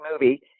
movie